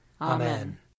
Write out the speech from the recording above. Amen